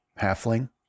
halfling